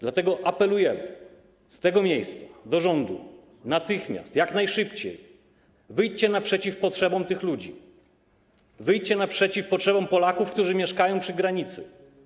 Dlatego apeluję z tego miejsca do rządu: natychmiast, jak najszybciej wyjdźcie naprzeciw potrzebom tych ludzi, wyjdźcie naprzeciw potrzebom Polaków, którzy mieszkają przy granicy.